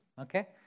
Okay